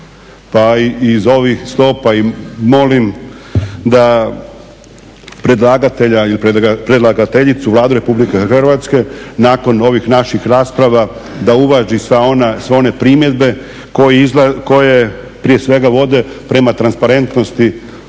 predlagatelja ili predlagateljicu, Vladu Republike Hrvatske nakon ovih naših rasprava da uvaži sva ona, sve one primjedbe koje prije svega vode prema transparentnosti